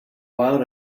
out